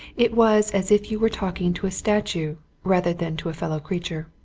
it was as if you were talking to a statue rather than to a fellow-creature.